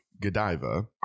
Godiva